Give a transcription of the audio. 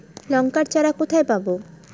লঙ্কার চারা কোথায় পাবো?